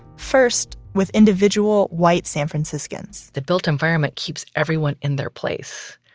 first with individual white san franciscans the built environment keeps everyone in their place.